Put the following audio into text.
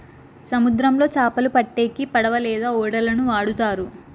సముద్రంలో చాపలు పట్టేకి పడవ లేదా ఓడలను వాడుతారు